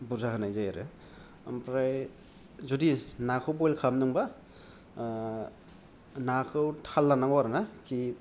बुरजा होनाय जायो आरो ओमफ्राय जुदि नाखौ बयल खालामदोंबा नाखौ थाल लानांगौ आरोना खि